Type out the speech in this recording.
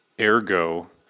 ergo